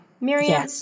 Miriam